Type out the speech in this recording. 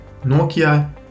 Nokia